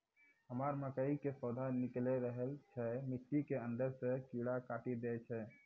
हमरा मकई के पौधा निकैल रहल छै मिट्टी के अंदरे से कीड़ा काटी दै छै?